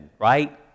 right